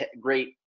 great